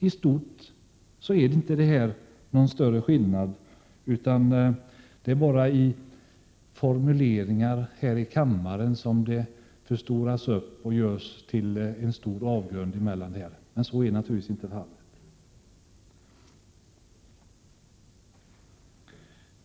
I stort är det inte någon skillnad. Det är bara i formuleringar här i kammaren som detta förstoras upp och framställs som en stor avgrund som skiljer förslagen. Så är naturligtvis inte fallet.